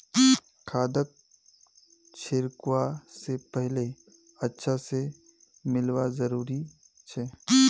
खादक छिड़कवा स पहले अच्छा स मिलव्वा जरूरी छ